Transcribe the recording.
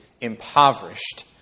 impoverished